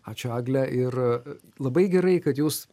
ačiū egle ir labai gerai kad jūs